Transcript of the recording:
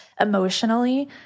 emotionally